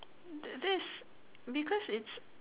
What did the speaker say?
the that is because it's